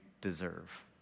deserve